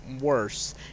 worse